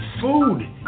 food